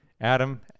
Adam